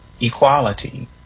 equality